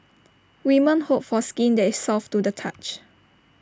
women hope for skin that is soft to the touch